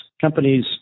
companies